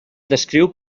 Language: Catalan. descriu